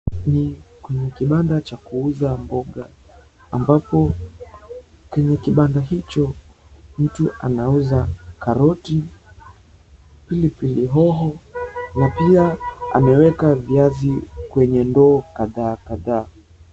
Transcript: Ni kwenye kibanda cha kuuza mboga ambapo kwenye kibanda hicho mtu anauza karoti, pilipili hoho na pia ameweka viazi kwenye ndoo kadhaa kadhaa.